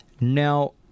Now